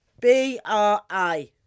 B-R-I